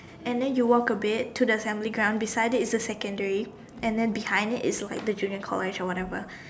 and then you walk a bit to the assembly ground beside it is like the secondary and behind it is like the junior college or whatever